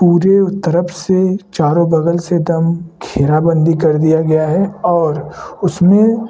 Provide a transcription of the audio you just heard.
पूरे तरफ़ से चारों बग़ल से दम घेराबंदी कर दिया गया है और उसमें